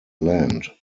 land